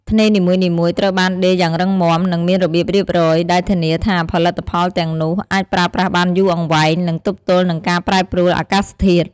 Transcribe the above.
ថ្នេរនីមួយៗត្រូវបានដេរយ៉ាងរឹងមាំ និងមានរបៀបរៀបរយ ដែលធានាថាផលិតផលទាំងនោះអាចប្រើប្រាស់បានយូរអង្វែង និងទប់ទល់នឹងការប្រែប្រួលអាកាសធាតុ។